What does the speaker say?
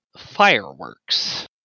fireworks